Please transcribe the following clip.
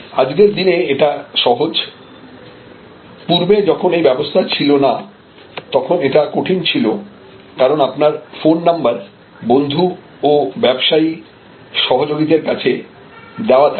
আজকের দিনে এটা সহজ পূর্বে যখন এই ব্যাবস্থা ছিল না তখন এটা কঠিন ছিল কারণ আপনার ফোন নাম্বার বন্ধু ও ব্যাবসায়ী সহযোগীদের কাছে দেওয়া থাকে